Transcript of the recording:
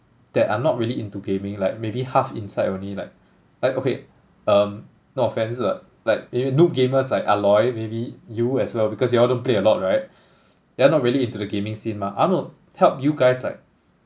that are not really into gaming like maybe half inside only like like okay um no offence lah like if noob gamers like aloy maybe you as well because you all don't play a lot right you all not really into the gaming scene mah I want to help you guys like